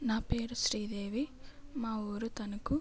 నా పేరు శ్రీదేవి మా ఊరు తణుకు